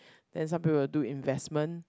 then some people will do investment